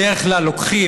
בדרך כלל לוקחים